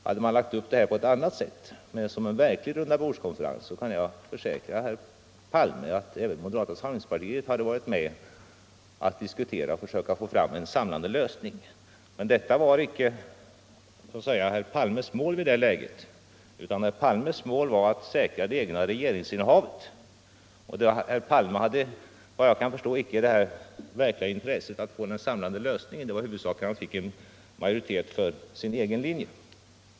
Hade man lagt upp förhandlingarna på ett annat sätt, som en verklig rundabordskonferens, kan jag försäkra herr Palme att även moderata samlingspartiet hade varit med om att diskutera och försöka få fram en samlande lösning. Men detta var inte herr Palmes mål i det läget, utan hans mål var att säkra det egna regeringsinnehavet. Herr Palme hade, enligt vad jag kan förstå, inte det verkliga intresset av att få den samlande lösningen; huvudsaken var att han fick en majoritet för sin egen linje.